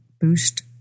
boost